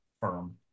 firm